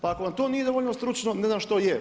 Pa ako vam to nije dovoljno stručno ne znam što je.